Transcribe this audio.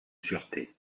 sûreté